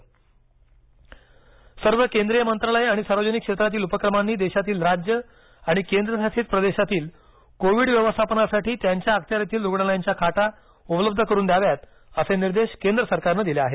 आरोग्य सचिव सर्व केंद्रीय मंत्रालयं आणि सार्वजनिक क्षेत्रातील उपक्रमांनी देशातील राज्य आणि केंद्रशासित प्रदेशातील कोविड व्यवस्थापनासाठी त्यांच्या अखत्यारीतील रुग्णालयांच्या खाटा उपलब्ध करून द्याव्यात असे निर्देश केंद्र सरकारनं दिले आहेत